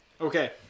Okay